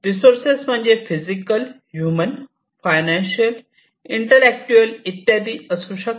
resources म्हणजे physical human financial intellectual इत्यादी असू शकतात